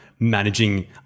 Managing